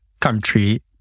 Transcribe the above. country